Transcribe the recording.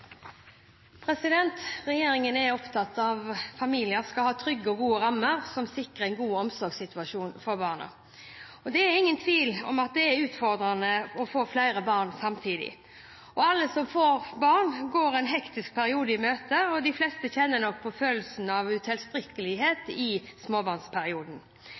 til. Regjeringen er opptatt av at familier skal ha trygge og gode rammer som sikrer en god omsorgssituasjon for barna. Det er ingen tvil om at det er utfordrende å få flere barn samtidig. Alle som får barn, går en hektisk periode i møte, og de fleste kjenner nok på følelsen av utilstrekkelighet